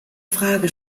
frage